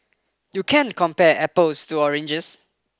you can't compare apples to oranges